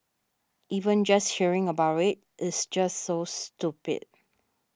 even just hearing about it is just so stupid